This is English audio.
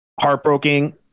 heartbreaking